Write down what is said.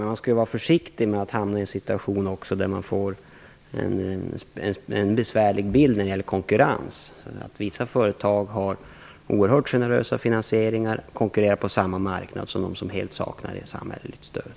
Man skall dock vara försiktig med att hamna i en situation där konkurrenssituationen blir besvärlig. Det gäller t.ex. om vissa företag har oerhört generösa finansieringar och konkurrerar på samma marknad som de företag som helt saknar samhälleligt stöd.